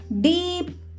deep